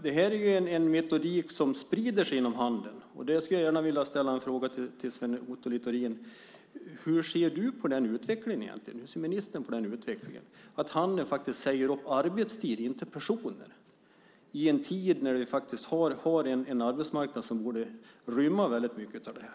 Det här är en metodik som sprider sig inom handeln, och jag skulle gärna vilja ställa frågan till Sven Otto Littorin: Hur ser ministern på den utvecklingen att handeln faktiskt säger upp arbetstid och inte personer i en tid då vi faktiskt har en arbetsmarknad som borde rymma väldigt mycket av det här?